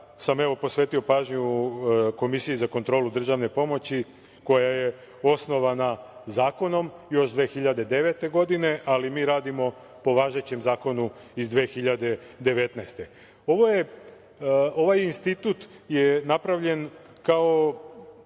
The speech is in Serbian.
sam evo posvetio pažnju Komisiji za kontrolu državne pomoći koja je osnovana zakonom još 2009. godine, ali mi radimo po važećem zakonu iz 2019. godine. Ovaj institut je napravljen kao